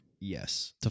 Yes